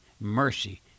mercy